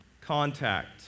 Contact